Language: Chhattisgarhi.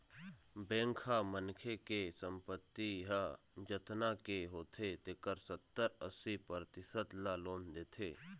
बेंक ह मनखे के संपत्ति ह जतना के होथे तेखर सत्तर, अस्सी परतिसत ल लोन देथे